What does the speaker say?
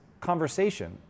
conversation